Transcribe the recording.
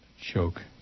Choke